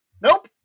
Nope